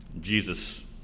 Jesus